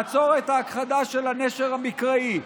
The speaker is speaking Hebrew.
לעצור את ההכחדה של הנשר המקראי.